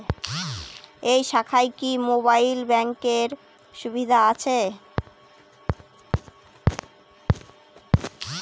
এই শাখায় কি মোবাইল ব্যাঙ্কের সুবিধা আছে?